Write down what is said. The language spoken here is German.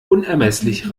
unermesslich